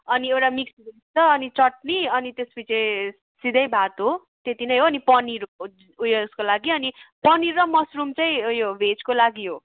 अनि एउटा mix veg छ अनि चटनी अनि त्यसपिछे सिधै भात हो त्यति नै हो अनि पनिर उयेसको लागि अनि पनिर र मसरुम चाहिँ भेजको लागि हो